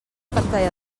pantalla